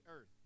earth